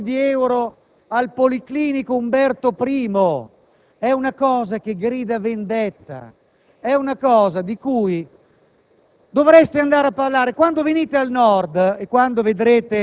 bazzecole, ovviamente - 250 milioni di euro al Policlinico Umberto I? È una cosa che grida vendetta e di cui